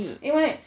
mm